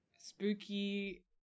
spooky